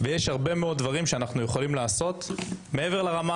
ויש הרבה מאוד דברים שאנחנו יכולים לעשות מעבר לרמה